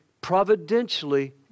providentially